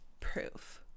proof